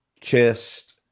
Chest